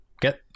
Get